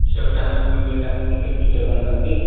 चल त्यासाठीच बनली आहे त्यामुळे तिथेच पिच्चर बनतात ते